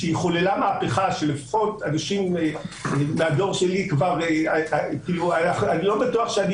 שחוללה מהפכה שעשרות אנשים מהדור שלי אני לא בטוח שאני